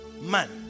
Man